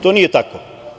To nije tako.